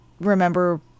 remember